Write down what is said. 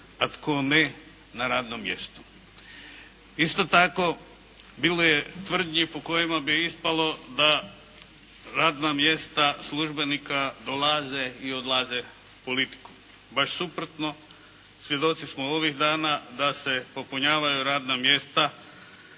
a tko ne na radnom mjestu. Isto tako bilo je tvrdnji po kojima bi ispalo da radna mjesta službenika dolaze i odlaze politikom. Baš suprotno, svjedoci smo ovih dana da se popunjavaju radna mjesta